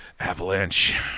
Avalanche